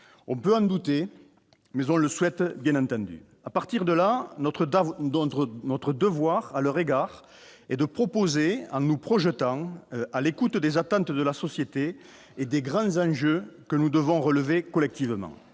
on peut en douter, mais on le souhaite, bien entendu, à partir de là, notre Dave dans notre notre devoir à leur égard et de proposer en nous projetant à l'écoute des attentes de la société et des grands enjeux que nous devons relever collectivement